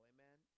Amen